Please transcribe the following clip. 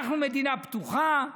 אנחנו מדינה פתוחה,